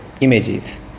images